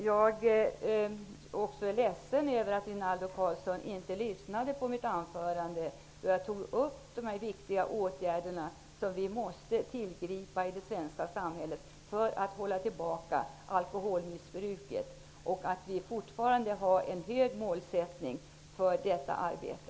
Jag är ledsen över att Rinaldo Karlsson inte lyssnade när jag i mitt anförande tog upp de viktiga åtgärder som vi måste tillgripa i det svenska samhället för att hålla tillbaka alkoholmissbruket. Vi har fortfarande en hög målsättning för detta arbete.